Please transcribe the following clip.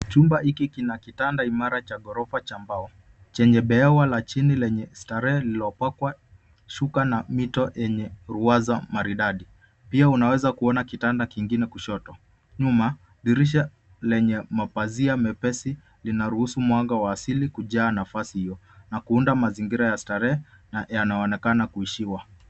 Chumba hiki kina kitanda imara cha ghorofa cha mbao chenye behewa la chini lenye starehe lililopakwa shuka na mito yenye ruwaza maridadi. Pia unaweza kuona kitanda kingine kushoto. Nyuma, dirisha lenye mapazia mepesi linaruhusu mwanga wa asili kujaa nafasi hiyo na kuunda mazingira ya starehe na yanaonekana kuishiwa.